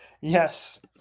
Yes